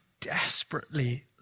desperately